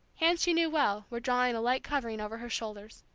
hands she knew well, were drawing a light covering over her shoulders.